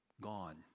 gone